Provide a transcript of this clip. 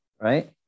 right